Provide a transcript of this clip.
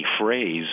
phrase